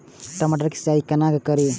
टमाटर की सीचाई केना करी?